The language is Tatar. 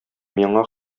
миңа